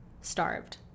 starved